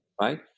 right